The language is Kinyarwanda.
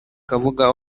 kabuga